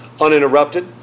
uninterrupted